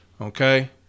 Okay